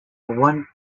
one